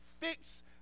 fix